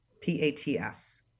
p-a-t-s